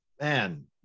man